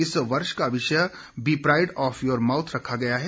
इस वर्ष का विषय be pride of your mouth रखा गया है